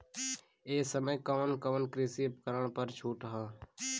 ए समय कवन कवन कृषि उपकरण पर छूट ह?